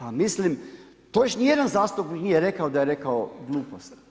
A mislim to još ni jedan zastupnik nije rekao da je rekao glupost.